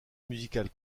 musicale